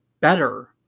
better